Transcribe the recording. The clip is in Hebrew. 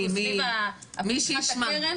מי שישמע.